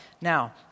Now